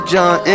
John